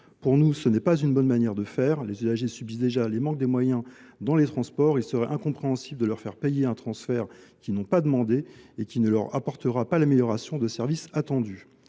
Pour nous, ce n’est pas une bonne manière de faire. Les usagers subissent déjà le manque de moyens dans les transports : il serait incompréhensible de leur faire payer un transfert qu’ils n’ont pas demandé et qui ne leur apportera pas l’amélioration de service attendue.